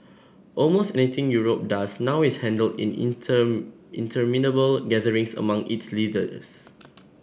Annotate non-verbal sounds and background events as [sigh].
almost anything Europe does now is handled in [unintelligible] interminable gatherings among its leaders